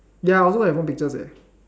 ya I also have one picture eh